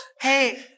Hey